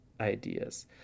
ideas